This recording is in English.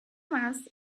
mass